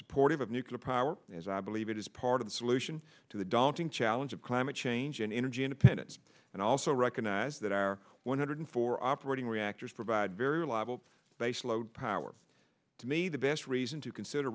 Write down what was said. supportive of nuclear power as i believe it is part of the solution to the daunting challenge of climate change and energy independence and also recognize that our one hundred four operating reactors provide very reliable base load power to me the best reason to consider